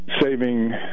saving